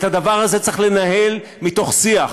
את הדבר הזה צריך לנהל מתוך שיח,